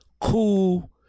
cool